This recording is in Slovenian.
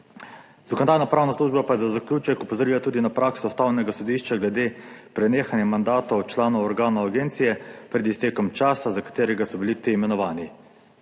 Zakonodajno-pravna služba pa je za zaključek opozorila tudi na prakso Ustavnega sodišča glede prenehanja mandatov članov organov agencije pred iztekom časa, za katerega so bili ti imenovani.